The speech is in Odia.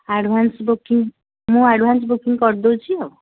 ଆଡ଼ଭାନ୍ସ ବୁକିଙ୍ଗ ମୁଁ ଆଡ଼ଭାନ୍ସ ବୁକିଙ୍ଗ କରିଦେଉଛି ଆଉ